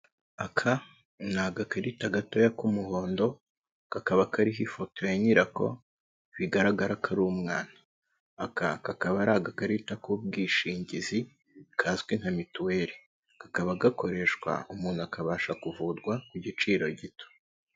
Aka ni agakarita gatoya k'umuhondo, kakaba kariho ifoto ya nyirako, bigaragara ko ari umwana. Aka kakaba ari agakarita k'ubwishingizi kazwi nka mituweli. Kakaba gakoreshwa umuntu akabasha kuvurwa ku giciro gito.